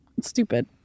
stupid